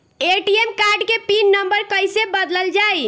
ATM card के PIN number कईसे बदलल जाई?